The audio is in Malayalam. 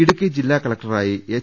ഇടുക്കി ജില്ലാ കലക്ടറായി എച്ച്